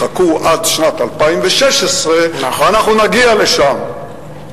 חכו עד סוף 2016 ואנחנו נגיע לשם.